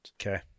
Okay